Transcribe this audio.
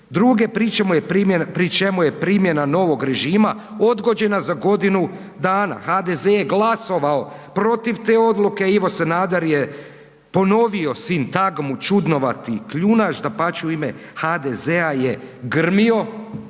82., pri čemu je primjena novog režima odgođena za godinu dana, HDZ je glasovao protiv te odluke, Ivo Sanader je ponovio sintagmu „čudnovati kljunaš“, dapače, u ime HDZ-a je grmio,